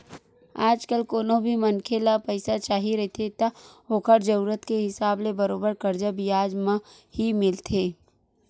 आजकल कोनो भी मनखे ल पइसा चाही रहिथे त ओखर जरुरत के हिसाब ले बरोबर करजा बियाज म ही मिलथे